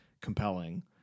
compelling